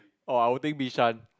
oh I will think Bishan